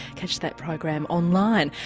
catch that program on line.